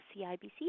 CIBC